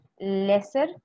lesser